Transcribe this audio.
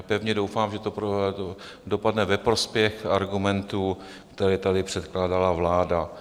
Pevně doufám, že to dopadne ve prospěch argumentů, které tady předkládala vláda.